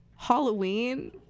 Halloween